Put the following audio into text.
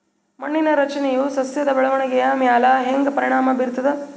ಮಣ್ಣಿನ ರಚನೆಯು ಸಸ್ಯದ ಬೆಳವಣಿಗೆಯ ಮ್ಯಾಲ ಹ್ಯಾಂಗ ಪರಿಣಾಮ ಬೀರ್ತದ?